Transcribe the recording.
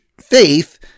faith